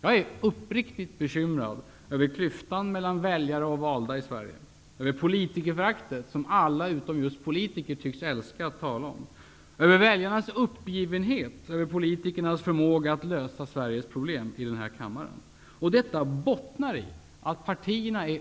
Jag är uppriktigt bekymrad över klyftan mellan väljare och valda i Sverige, över politikerföraktet som alla utom just politiker tycks älska att tala om, över väljarnas uppgivenhet inför politikernas förmåga att lösa Sveriges problem i denna kammare. Detta bottnar i att partierna är